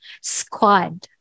squad